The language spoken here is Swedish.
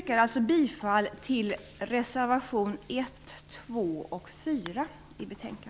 Jag yrkar bifall till reservationerna 1, 2